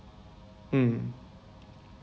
mm